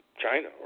China